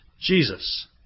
Jesus